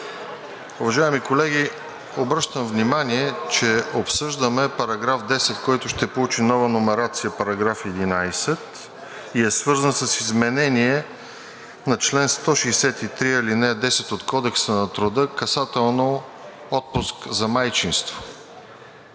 Уважаеми колеги, обръщам внимание, че обсъждаме § 10, който ще получи нова номерация § 11, и е свързан с изменение на чл. 163, ал. 10 от Кодекса на труда касателно отпуск за майчинство.